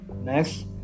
Next